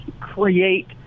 create